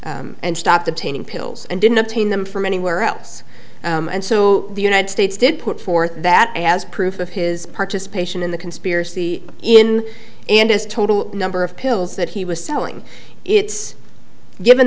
ten and stopped obtaining pills and didn't obtain them from anywhere else and so the united states did put forth that as proof of his participation in the conspiracy in and his total number of pills that he was selling it's given